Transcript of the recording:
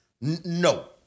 No